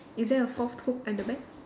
is there a forth hook at the back